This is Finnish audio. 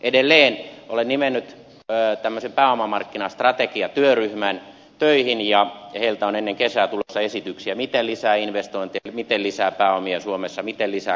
edelleen olen nimennyt töihin tämmöisen pääomamarkkinastrategiatyöryhmän ja heiltä on ennen kesää tulossa esityksiä miten lisää investointeja miten lisää pääomia suomessa miten lisää kasvuyrityksiä